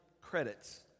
credits